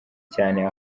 cyane